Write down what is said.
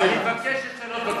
אני מבקש לשנות אותו.